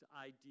idea